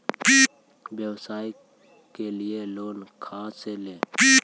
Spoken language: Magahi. व्यवसाय के लिये लोन खा से ले?